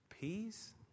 Peace